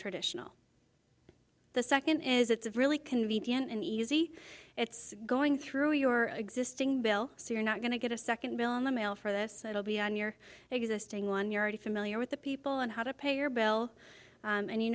traditional the second is it's really convenient and easy it's going through your existing bill so you're not going to get a second bill in the mail for this it will be on your existing one you're already familiar with the people and how to pay your bill and you